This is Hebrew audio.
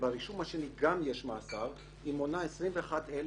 וברישום השני גם יש מאסר מונה 21,205,